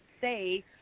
say